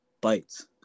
bites